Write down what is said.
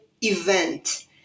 event